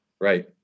Right